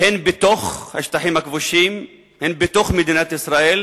הן בתוך השטחים הכבושים, הן בתוך מדינת ישראל,